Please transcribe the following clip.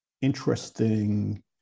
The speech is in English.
interesting